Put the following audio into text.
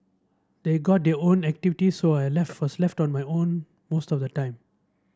they got their own activities so I left was left on my own most of the time